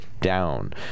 down